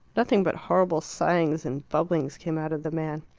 nothing but horrible sighings and bubblings came out of the man.